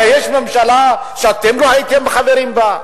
הרי יש ממשלה שאתם לא הייתם חברים בה?